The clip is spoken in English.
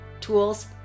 tools